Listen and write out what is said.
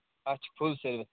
اَتھ چھِ full service کرٕنۍ